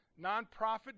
nonprofit